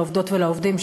לעובדות ולעובדים,